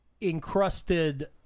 encrusted